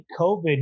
COVID